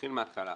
נתחיל מההתחלה.